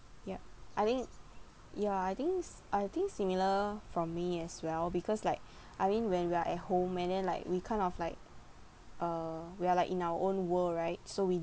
yup I mean ya I think s~ I think similar from me as well because like I mean when we are at home and then like we kind of like uh we are like in our own world right so we